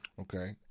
okay